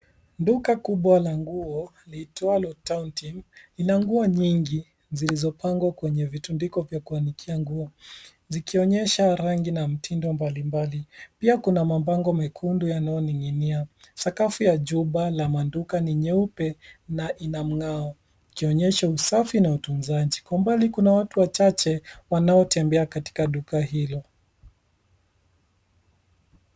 Duka kubwa la nguo liitwalo town team lina nguo nyingi zilizopangwa kwenye vitundiko vya kuanikia nguo zikionyesha rangi na mitindo mbalimbali. Pia kuna mabango mekundu yanayoning'nia. Sakafu ya jumba la maduka ni nyeupe na ina mng'ao ikionyesha usafi na utunzaji. Kwa mbali kuna watu wachache wanaotembea katika duka hilo.